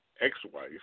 ex-wife